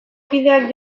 kideak